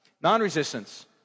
Non-resistance